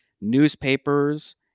newspapers